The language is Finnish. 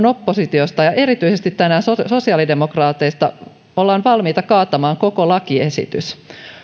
oppositiosta ja erityisesti tänään sosiaalidemokraateista valmiita kaatamaan koko lakiesitys